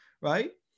right